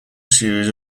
series